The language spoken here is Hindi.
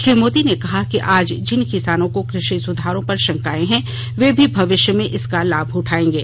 श्री मोदी ने कहा कि आज जिन किसानों को कृषि सुधारों पर शंकाएं हैं वे भी भविष्य में इनका लाभ उठाएंगे